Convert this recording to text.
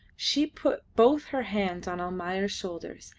she put both her hands on almayer's shoulders,